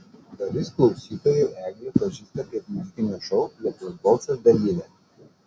dalis klausytojų eglę pažįsta kaip muzikinio šou lietuvos balsas dalyvę